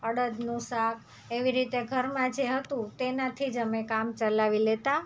અડદનું શાક આવી રીતે ઘરમાં જે હતું તેનાથી જ અમે કામ ચલાવી લેતા